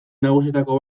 nagusietako